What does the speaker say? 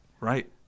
right